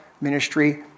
ministry